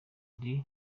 ari